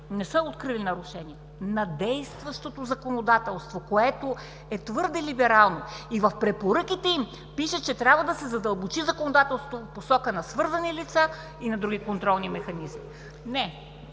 не са открили нарушение на действащото законодателство, което е твърде либерално. И в препоръките им пише, че трябва да се задълбочи законодателството в посока на свързани лица и на други контролни механизми.